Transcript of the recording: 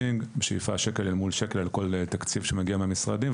בשאיפה שקל אל מול שקל מהתקציב שמגיע למשרדים,